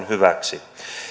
hyväksi